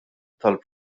tal